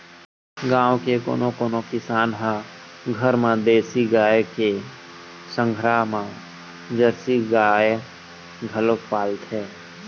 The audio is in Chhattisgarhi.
गाँव के कोनो कोनो किसान ह घर म देसी गाय के संघरा म जरसी गाय घलोक पालथे